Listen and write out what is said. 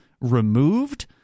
removed